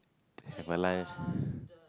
have my lunch